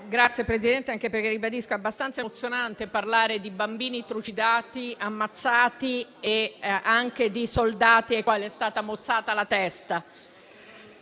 ringrazio, Presidente, anche perché ribadisco che è abbastanza emozionante parlare di bambini trucidati e ammazzati e anche di soldati ai quali è stata mozzata la testa.